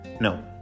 No